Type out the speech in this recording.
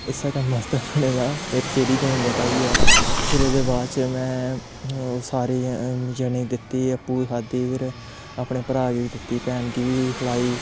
इस्सै कम्मै आस्तै बने दा मेरे च एह्ड़ी गुणबत्ता बी ऐ फिर ओह्दे बाद च में ओह् सारें जने गी दित्ती अप्पूं बी खाद्धी फिर अपने भ्राऽ गी बी दित्ती अपनी भैन गी बी खलाई